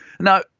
Now